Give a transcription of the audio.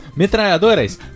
metralhadoras